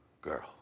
girl